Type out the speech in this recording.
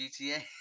GTA